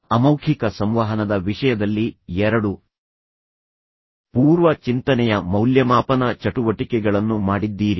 ಅಮೌಖಿಕ ಸಂವಹನದ ವಿಷಯದಲ್ಲಿ ಎರಡು ಪೂರ್ವ ಚಿಂತನೆಯ ಮೌಲ್ಯಮಾಪನ ಚಟುವಟಿಕೆಗಳನ್ನು ಮಾಡಿದ್ದೀರಿ